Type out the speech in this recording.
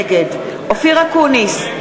נגד אופיר אקוניס,